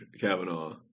Kavanaugh